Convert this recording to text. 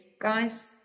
guys